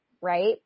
Right